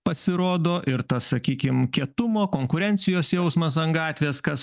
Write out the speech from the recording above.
pasirodo ir ta sakykim kietumo konkurencijos jausmas ant gatvės kas